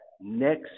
next